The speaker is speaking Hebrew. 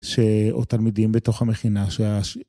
שעוד תלמידים בתוך המכינה